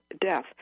death